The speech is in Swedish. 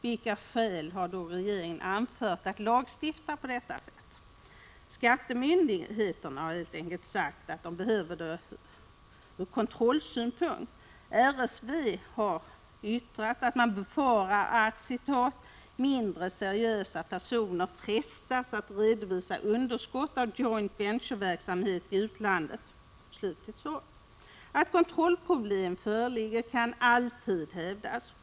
Vilket skäl har då regeringen anfört för att lagstifta på detta sätt? Skattemyndigheterna har helt enkelt sagt att de behöver denna lagstiftning från kontrollsynpunkt. RSV har yttrat att man befarar att ”mindre seriösa personer frestas att redovisa underskott av joint venture-verksamhet i utlandet.” Att kontrollproblem föreligger kan alltid hävdas.